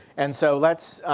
and so let's,